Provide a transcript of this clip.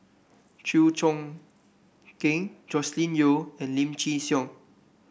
Chew Choo Keng Joscelin Yeo and Lim Chin Siong